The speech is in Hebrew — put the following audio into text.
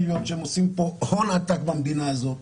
להיות שהם עושים פה הון עתק במדינה הזאת,